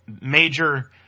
major